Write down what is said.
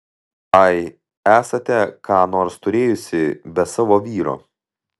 ai esate ką nors turėjusi be savo vyro